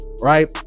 right